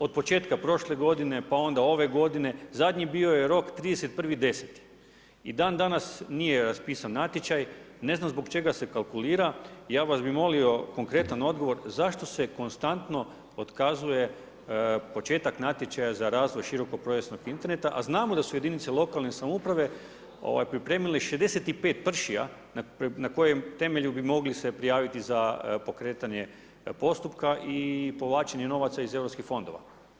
Od početka prošle godine, pa onda ove godine, zadnji bio je rok 31. 10. i dan danas nije raspisan natječaj, ne znam zbog čega se kalkulira, ja vas bi molio konkretan odgovor, zašto se konstantno otkazuje početak natječaja za razvoj širokopojasnog interneta, a znamo da su jedinice lokalne samouprave pripremile 65 pršija, na kojem temelju bi mogli se prijaviti za pokretanje postupka i povlačenje novaca iz europskih fondova.